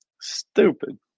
Stupid